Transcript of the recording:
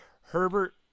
Herbert